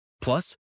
Plus